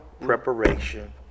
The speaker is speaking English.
preparation